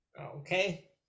Okay